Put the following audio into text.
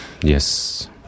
Yes